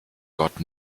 gott